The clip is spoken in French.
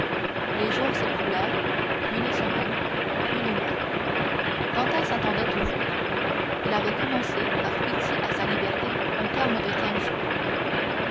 les jours s'écoulèrent puis les semaines puis les mois dantès attendait toujours il avait commencé par fixer à sa liberté un terme de quinze jours